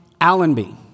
Allenby